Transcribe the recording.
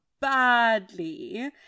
Badly